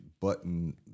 button